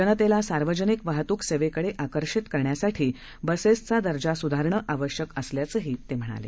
जनतेला सार्वजनिक वाहतूक सेवेकडे आकर्षित करण्यासाठी बसेसचा दर्जा सुधारणं आवश्यक असल्याचंही ते म्हणाले